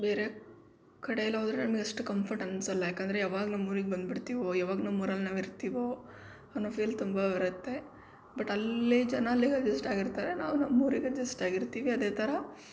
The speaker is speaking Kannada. ಬೇರೆ ಕಡೆಯಲ್ಲಿ ಹೋದರೆ ನಮಗೆ ಅಷ್ಟು ಕಂಫರ್ಟ್ ಅನ್ಸೋಲ್ಲ ಯಾಕಂದರೆ ಯಾವಾಗ ನಮ್ಮೂರಿಗೆ ಬಂದುಬಿಡ್ತೀವೋ ಯಾವಾಗ ನಮ್ಮೂರಲ್ಲಿ ನಾವು ಇರ್ತೀವೋ ಅನ್ನೋ ಫೀಲಿಂಗ್ ತುಂಬ ಇರುತ್ತೆ ಬಟ್ ಅಲ್ಲಿ ಜನ ಅಲ್ಲಿಗೆ ಅಡ್ಜಸ್ಟ್ ಆಗಿರ್ತಾರೆ ನಾವು ನಮ್ಮ ಊರಿಗೆ ಅಡ್ಜಸ್ಟಾಗಿ ಇರ್ತೀವಿ ಅದೇ ಥರ